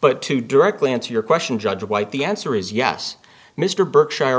but to directly answer your question judge white the answer is yes mr berkshire